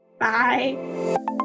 Bye